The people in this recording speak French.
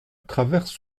traverse